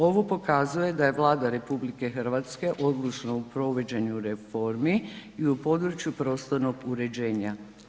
Ovo pokazuje da je Vlada RH odlučna u provođenju reformi i u području prostornog uređenja.